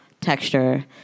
texture